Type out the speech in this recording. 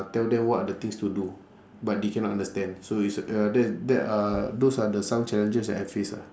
tell them what are the things to do but they cannot understand so it's uh that that are those are the some challenges that I face ah